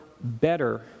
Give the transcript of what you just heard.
better